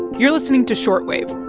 you're listening to short wave